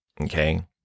Okay